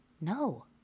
No